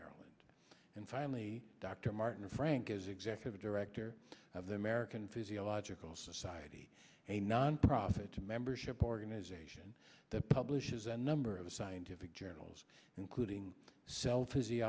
maryland and finally dr martin frank as executive director of the american physiological society a nonprofit a membership organization that publishes a number of scientific journals including sell t